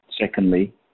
secondly